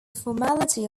formality